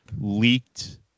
leaked